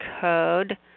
code